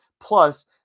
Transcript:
Plus